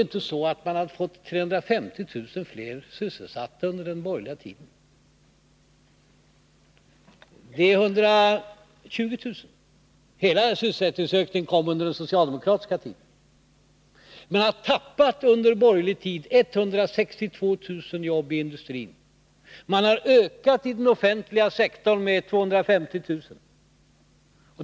Vi har inte fått 350 000 flera sysselsatta under den borgerliga tiden utan 120 000. Hela sysselsättningsökningen kom under den socialdemokratiska tiden. Under den borgerliga tiden har man tappat 162 000 jobb inom industrin. Inom den offentliga sektorn har antalet sysselsatta ökat med 250 000.